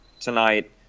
tonight